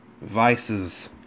vices